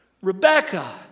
Rebecca